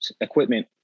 equipment